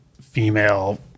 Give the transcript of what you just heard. female